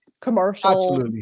commercial